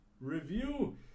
review